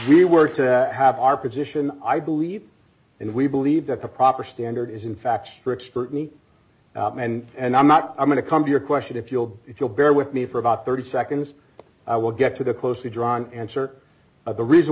we were to have our position i believe and we believe that the proper standard is in fact strict scrutiny and i'm not going to come to your question if you'll if you'll bear with me for about thirty seconds i will get to the closely drawn answer of the reason